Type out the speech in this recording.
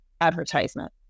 advertisement